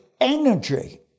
energy